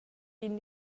been